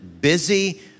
busy